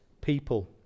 people